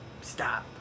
stop